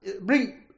Bring